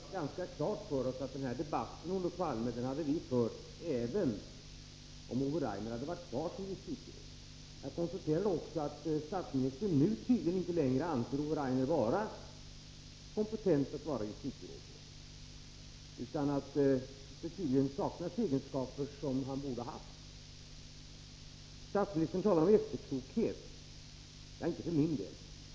Herr talman! Vi bör ha klart för oss att denna debatt hade förts även om Ove Rainer hade varit kvar som justitieråd. Jag konstaterar också att statsministern tydligen inte längre anser Ove Rainer kompetent att vara justitieråd, utan att han nu tycks anse att det saknas någon egenskap som vederbörande borde ha haft. Statsministern talar om efterklokhet, men det gäller inte för min del.